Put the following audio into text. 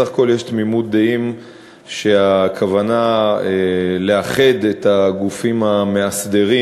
בסך הכול יש תמימות דעים שהכוונה היא לאחד את הגופים המאסדרים,